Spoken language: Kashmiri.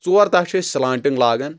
ژور تاہہ چھِ أسۍ سٕلانٹِنٛگ لاگان